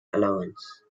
allowance